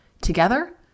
together